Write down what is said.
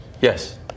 Yes